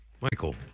Michael